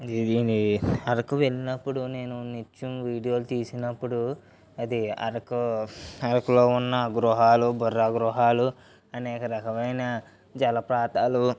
దీనివి అరకు వెళ్ళినప్పుడు నేను నిత్యం వీడియోలు తీసినప్పుడు అది అరకు అరకులో ఉన్న గృహాలు బుర్రా గృహాలు అనేక రకమైన జలపాతాలు